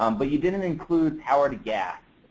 um but you didn't include how are the gas,